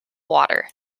water